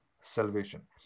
salvation